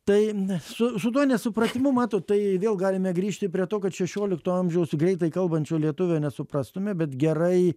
tai su su tuo nesupratimu matot tai vėl galime grįžti prie to kad šešiolikto amžiaus greitai kalbančių lietuvių nesuprastume bet gerai